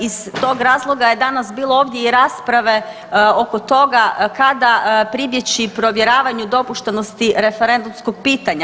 Iz tog razloga je danas bilo ovdje i rasprave oko toga kada pribjeći provjeravanju dopuštenosti referendumskog pitanja.